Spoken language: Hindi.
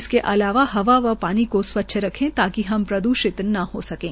इसके अलावा हवा व पानी को स्वच्छ रखे ताकि हम प्रदूषित न हो सकें